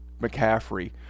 McCaffrey